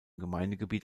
gemeindegebiet